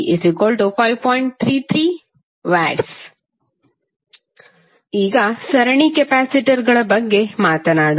33W ಈಗ ಸರಣಿ ಕೆಪಾಸಿಟರ್ಗಳ ಬಗ್ಗೆ ಮಾತನಾಡೋಣ